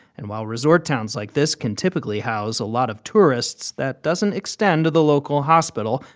and while resort towns like this can typically house a lot of tourists, that doesn't extend to the local hospital,